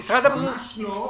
ממש לא.